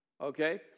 Okay